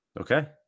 okay